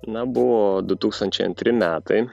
na buvo du tūkstančiai antri metai